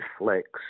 reflects